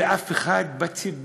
ואף אחד בציבור,